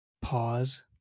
pause